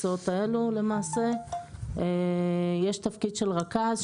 זה בעצם הפעימה של נושא התקינה של משרד הכלכלה.